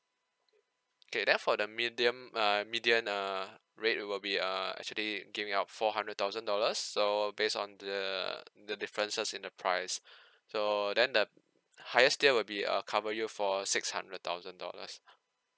okay then for the medium uh median uh rate it will be err actually giving out four hundred thousand dollars so based on the the differences in the price so then the highest tier will be err cover you for six hundred thousand dollars lah